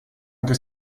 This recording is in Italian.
anche